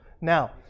Now